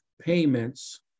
payments